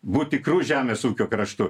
būt tikru žemės ūkio kraštu